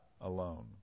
alone